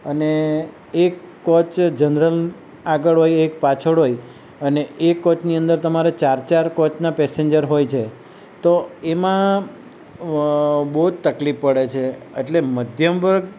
અને એક coach general આગળ હોય એક પાછળ હોય અને એ કોચની અંદર તમારે ચાર ચાર કોચના પેસેન્જર હોય છે તો એમાં બહુ જ તકલીફ પડે છે એટલે મધ્યમ વર્ગ